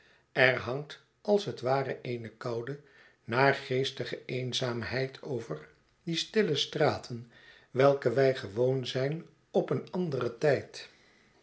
er hangt als het ware eene koude naargeestige eenzaamheid over die stille straten welke wij gewoon zijn op een anderen tijd